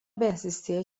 بهزیستی